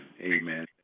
Amen